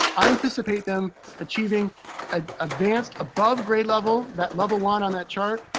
i anticipate them achieving ah advanced, above grade level. that level one on that chart,